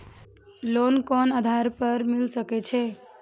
Loan कोन आधार पर मिल सके छे?